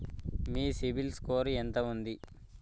మీ CIBIL score ఎంత ఉంది?